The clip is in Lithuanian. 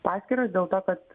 paskyras dėl to kad